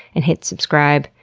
and hit subscribe,